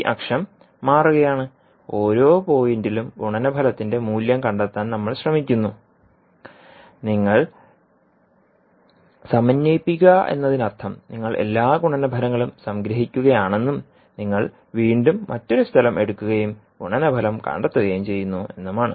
ഈ അക്ഷം മാറുകയാണ് ഓരോ പോയിന്റിലും ഗുണനഫലത്തിൻറെ മൂല്യം കണ്ടെത്താൻ നമ്മൾ ശ്രമിക്കുന്നു നിങ്ങൾ സമന്വയിപ്പിക്കുക എന്നതിനർത്ഥം നിങ്ങൾ എല്ലാ ഗുണനഫലങ്ങളും സംഗ്രഹിക്കുകയാണെന്നും നിങ്ങൾ വീണ്ടും മറ്റൊരു സ്ഥലം എടുക്കുകയും ഗുണനഫലം കണ്ടെത്തുകയും ചെയ്യുന്നു എന്നുമാണ്